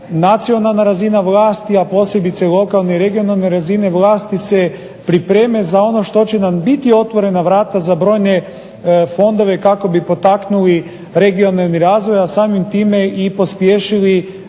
nacionalna razina vlasti, a posebice lokalne i regionalne razine vlasti se pripreme za ono što će nam biti otvorena vrata za brojne fondove kako bi potaknuli regionalni razvoj, a samim time i pospješili